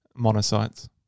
monocytes